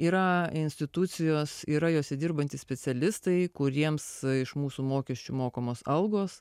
yra institucijos yra jose dirbantys specialistai kuriems iš mūsų mokesčių mokamos algos